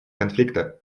конфликта